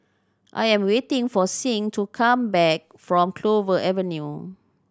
I am waiting for Sing to come back from Clover Avenue